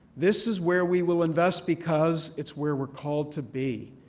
this is where we will invest because it's where we're called to be.